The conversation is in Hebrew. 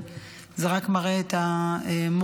זה רק מראה את המורכבות